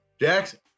Jackson